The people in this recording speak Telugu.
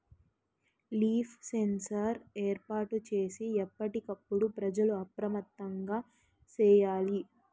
లీఫ్ సెన్సార్ ఏర్పాటు చేసి ఎప్పటికప్పుడు ప్రజలు అప్రమత్తంగా సేయాలి